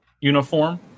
uniform